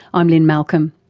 i'm lynne malcolm.